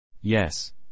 Yes